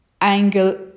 Angle